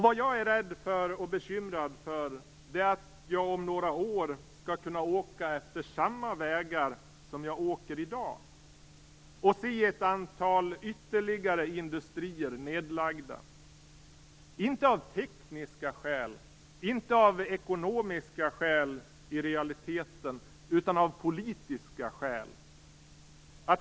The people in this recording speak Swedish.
Vad jag är rädd för och bekymrad över är att jag om några år skall kunna åka efter samma vägar som jag åker i dag och se ytterligare ett antal industrier nedlagda - inte i realiteten av tekniska eller ekonomiska skäl utan av politiska skäl.